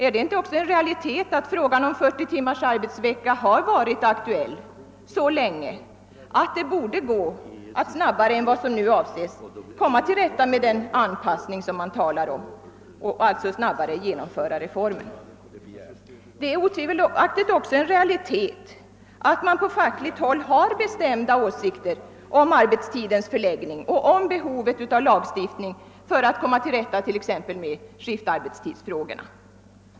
är det inte en realitet att frågan om 40 timmars arbetsvecka har varit aktuell så länge att det borde gå att snabbare än vad som nu avses komma till rätta med den anpassning som det taias om och alltså snabbare genomföra reformen? Det är otvivelaktigt också en realitet ait man på fackligt håll har bestämda åsikter om arbetstidens förläggning och om behovet av lagstiftning för att komma till rätta med t.ex. skiftarbetstidsfrågorna.